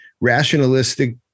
rationalistic